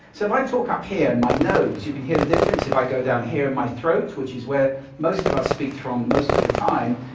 so if i talk up here in my nose, you can hear the difference. if i go down here in my throat, which is where most of us speak from most of the time.